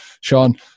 Sean